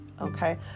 okay